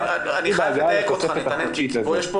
אני חייב לדייק אותך כי יש פה